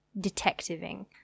detectiving